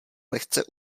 lehce